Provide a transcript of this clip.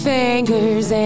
fingers